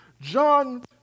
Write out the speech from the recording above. John